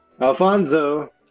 Alfonso